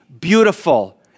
beautiful